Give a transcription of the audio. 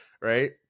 right